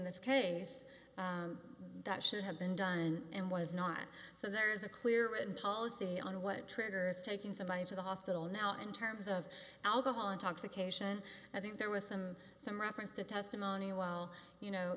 this case that should have been done and was not so there is a clear written policy on what triggers taking somebody to the hospital now in terms of alcohol intoxication i think there was some some reference to testimony well you know